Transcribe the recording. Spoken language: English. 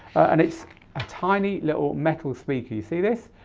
and it's a tiny little metal speaker. you see this?